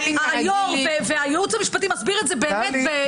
היושב-ראש והייעוץ המשפטי מסביר את זה --- טלי,